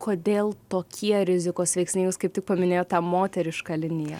kodėl tokie rizikos veiksniai jūs kaip tik paminėjote tą moterišką liniją